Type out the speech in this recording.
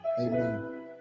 Amen